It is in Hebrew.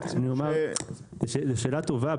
זו שאלה טובה.